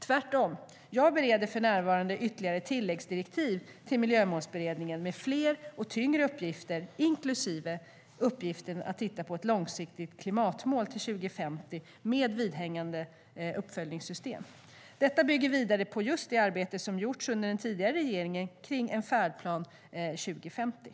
Tvärtom, jag bereder för närvarande ytterligare tilläggsdirektiv till Miljömålsberedningen med fler och tyngre uppgifter inklusive uppgiften att titta på ett långsiktigt klimatmål till 2050 med vidhängande uppföljningssystem. Detta bygger vidare på just det arbete som gjorts under den tidigare regeringen om en färdplan till 2050.